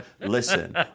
Listen